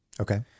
Okay